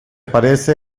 parece